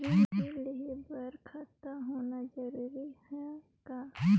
ऋण लेहे बर खाता होना जरूरी ह का?